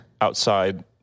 outside